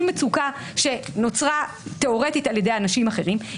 מצוקה שנוצרה תיאורטית על ידי אנשים אחרים,